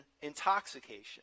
intoxication